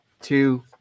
two